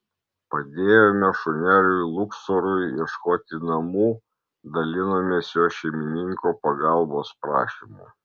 padėjome šuneliui luksorui ieškoti namų dalinomės jo šeimininko pagalbos prašymu